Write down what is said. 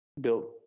built